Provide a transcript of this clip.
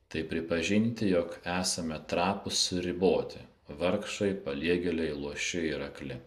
tai pripažinti jog esame trapūs ir riboti vargšai paliegėliai luoši ir akli